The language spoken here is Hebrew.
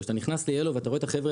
אתה נכנס ל-yellow ואתה רואה את החבר'ה